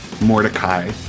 Mordecai